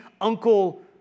Uncle